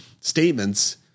statements